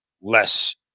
less